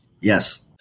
Yes